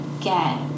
get